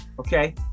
Okay